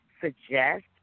suggest